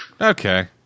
Okay